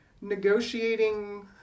negotiating